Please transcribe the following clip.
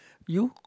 you